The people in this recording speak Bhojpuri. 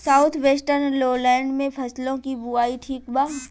साउथ वेस्टर्न लोलैंड में फसलों की बुवाई ठीक बा?